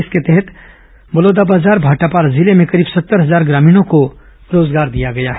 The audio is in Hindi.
इसके तहत निर्देशानुसार बलौदाबाजार माटापारा जिले में करीब सत्तर हजार ग्रामीणों को रोजगार दिया गया है